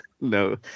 no